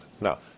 Now